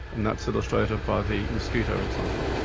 and that's illustrated by the mosquito example.